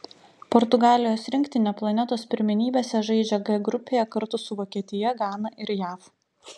portugalijos rinktinė planetos pirmenybėse žaidžia g grupėje kartu su vokietija gana ir jav